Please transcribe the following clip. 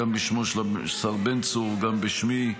גם בשמו של השר בן צור וגם בשמי,